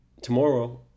Tomorrow